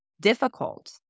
difficult